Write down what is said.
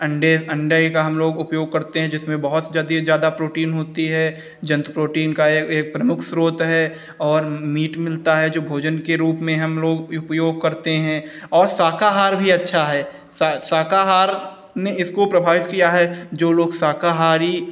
अंडे अंडा ही का हम लोग उपयोग करते हैं जिसमें बहुत से ज़्यादे ज़्यादा प्रोटीन होती है जन्तु प्रोटीन का ये एक प्रमुख स्रोत है और मीट मिलता है जो भोजन के रूप में हम लोग उपयोग करते हैं और शाकाहार भी अच्छा है शाकाहार ने इसको प्रभावित किया है जो लोग शाकाहारी